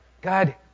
God